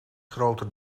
groter